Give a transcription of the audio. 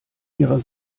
ihrer